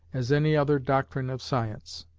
as any other doctrine of science.